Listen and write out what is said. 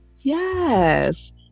Yes